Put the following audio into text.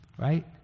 right